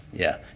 yeah.